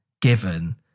given